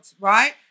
right